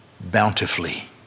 bountifully